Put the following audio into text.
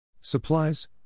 Supplies